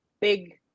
big